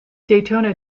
daytona